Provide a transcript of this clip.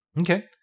Okay